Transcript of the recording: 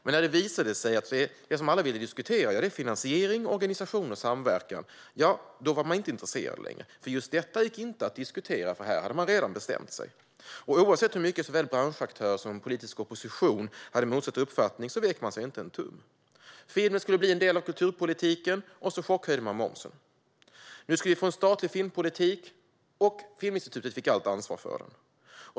Men när det visade sig att det som alla ville diskutera var finansiering, organisation och samverkan var regeringen inte längre intresserad. Just detta gick inte att diskutera, för här hade man redan bestämt sig. Oavsett graden av motsatt uppfattning från såväl branschaktörer som politisk opposition vek regeringen inte en tum. Man sa att filmen skulle bli en del av kulturpolitiken, och så chockhöjde man momsen. Nu skulle vi få en statlig filmpolitik, och Filmininstitutet fick allt ansvar för den.